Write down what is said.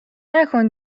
نکن